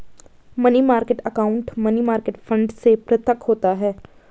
money market account money market fund से पृथक होता है